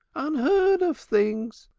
unheard-of things!